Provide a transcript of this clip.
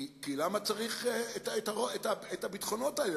כי למה צריך את הביטחונות האלה,